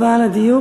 תודה רבה על הדיוק.